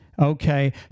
Okay